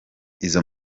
izo